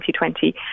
2020